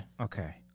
Okay